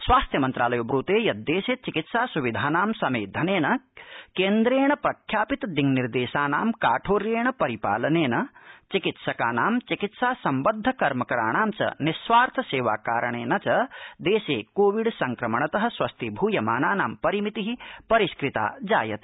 स्वास्थ्य मंत्रालयो ब्र्ते यद् देशे चिकित्सा सुविधानां समेधनेन केन्द्रेण प्रख्यापित दिङ् निर्देशानां काठोर्येण परिपालनेन चिकित्सकानां चिकित्सा सम्बद्ध कर्मकराणां च निस्वार्थ सेवा कारणेन च देशे कोविड संक्रमणत स्वस्थीभ्यमानानां परिमिति परिष्कृता जायते